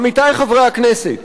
עמיתי חברי הכנסת,